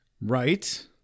right